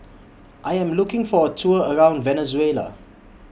I Am looking For A Tour around Venezuela